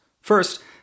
First